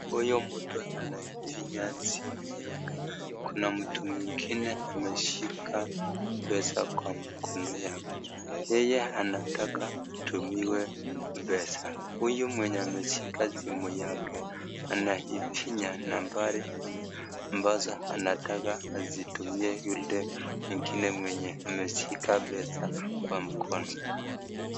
Huyu mtu anafinya simu yake. Kuna mtu mwingine ameshika pesa kwa mkono yake. Yeye anataka atumiwe pesa. Huyu mwenye ameshika simu yake anaifinya nambari ambazo anataka azitumie yule mwingine mwenye ameshika pesa kwa mkono.